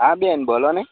હા બેન બોલો ને